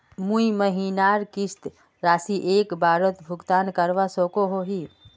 दुई महीनार किस्त राशि एक बारोत भुगतान करवा सकोहो ही?